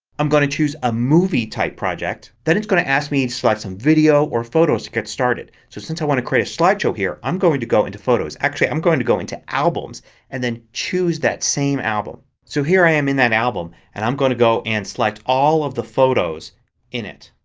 i'm going to choose a movie type project. then it's going to ask me to select some video or photos to get started. so since i want to create a slideshow here i'm going to go into photos. actually i'm going to go into albums and choose that same album. so here i am in that album and i'm going to go and select all of the photos in it.